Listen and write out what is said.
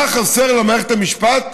מה חסר למערכת המשפט,